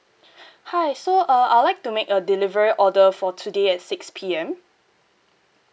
hi so uh I would like to make a delivery order for today at six P_M